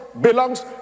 belongs